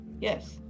Yes